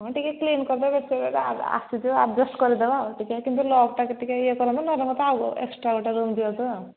ହଁ ଟିକେ କ୍ଲିନ୍ କରିଦେବେ ଏତେବାଟ ଆସିଛୁ ଆଡ୍ଜଷ୍ଟ କରିଦେବା ଆଉ ଟିକିଏ କିନ୍ତୁ ଲକ୍ଟା ଇଏ କରନ୍ତୁ ନହେଲେ ମୋତେ ଆଉ ଏକ୍ସଟ୍ରା ଗୋଟେ ରୁମ୍ ଦିଅନ୍ତୁ ଆଉ